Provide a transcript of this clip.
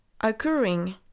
occurring